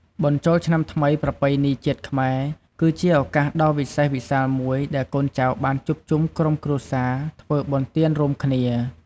បុណ្យចូលឆ្នាំថ្មីប្រពៃណីជាតិខ្មែរ គឺជាឱកាសដ៏វិសេសវិសាលមួយដែលកូនចៅបានជួបជុំក្រុមគ្រួសារ ធ្វើបុណ្យទានរួមគ្នា។